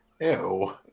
Ew